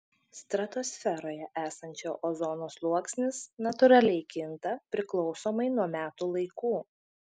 stratosferoje esančio ozono sluoksnis natūraliai kinta priklausomai nuo metų laikų